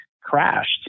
crashed